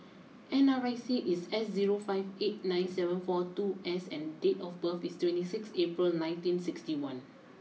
N R I C is S zero five eight nine seven four two S and date of birth is twenty six April nineteen sixty one